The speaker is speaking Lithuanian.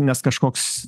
nes kažkoks